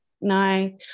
No